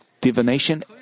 divination